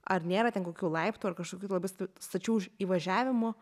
ar nėra ten kokių laiptų ar kažkokių labai stačių įvažiavimų